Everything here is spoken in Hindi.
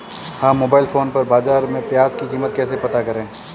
हम मोबाइल फोन पर बाज़ार में प्याज़ की कीमत कैसे पता करें?